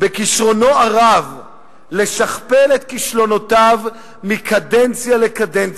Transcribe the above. בכשרונו הרב לשכפל את כישלונותיו מקדנציה לקדנציה.